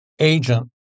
agent